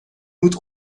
moet